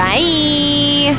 Bye